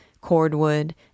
cordwood